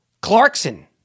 Clarkson